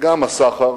וגם הסחר,